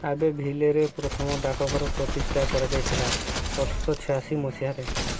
ଆବେଭିଲେରେ ପ୍ରଥମ ଡାକଘର ପ୍ରତିଷ୍ଠା କରାଯାଇଥିଲା ଅଠରଶହ ଛୟାଅଶୀ ମସିହାରେ